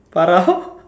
Farah